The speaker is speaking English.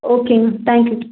okay ma'am thank you